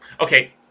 Okay